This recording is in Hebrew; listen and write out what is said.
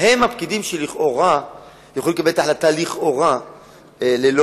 אין ספק שהחלטה מסוג זה תביא